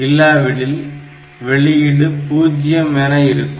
இல்லாவிடில் வெளியீடு 0 என இருக்கும்